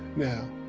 now,